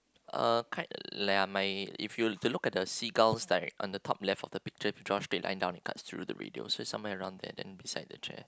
uh ki~ ya my if you were to look at the seagulls like on the top left of the picture draw straight line down it cuts through the radio so it's somewhere around there and beside the chair